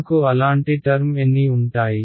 మనకు అలాంటి టర్మ్ ఎన్ని ఉంటాయి